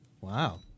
wow